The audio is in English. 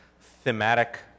thematic